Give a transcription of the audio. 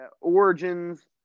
Origins